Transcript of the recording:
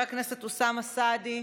חבר הכנסת אוסמה סעדי,